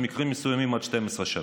ובמקרים מסוימים עד 12 שנה.